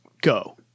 go